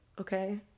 okay